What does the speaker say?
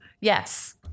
Yes